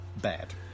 Bad